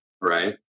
right